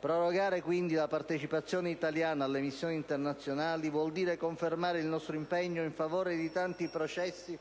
Prorogare la partecipazione italiana alle missioni internazionali vuol dire confermare il nostro impegno in favore di tanti processi